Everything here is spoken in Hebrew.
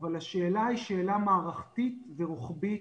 אבל השאלה היא שאלה מערכתית ורוחבית,